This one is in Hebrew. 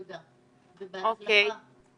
תודה ובהצלחה.